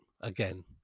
again